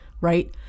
right